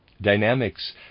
Dynamics